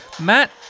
Matt